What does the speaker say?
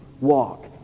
walk